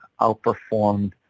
outperformed